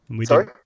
Sorry